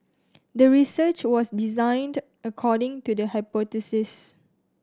the research was designed according to the hypothesis